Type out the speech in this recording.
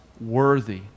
worthy